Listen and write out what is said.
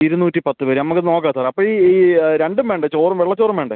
ഇരുന്നൂറ്റി പത്ത് പേര് നമ്മൾക്ക് നോക്കാം സാർ അപ്പോൾ ഈ ഈ രണ്ടും വേണ്ടേ ചോറും വെള്ളച്ചോറും വേണ്ടേ